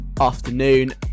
Afternoon